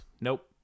nope